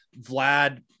Vlad